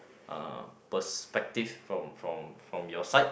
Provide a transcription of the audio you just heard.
uh perspective from from from your side